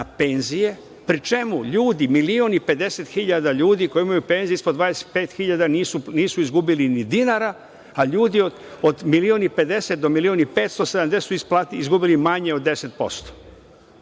penzije, pri čemu milion i 50 hiljada ljudi koji imaju penzije ispod 25 hiljada nisu izgubili ni dinara, a ljudi od milion i 50 do milion i 570 su izgubili manje od 10%.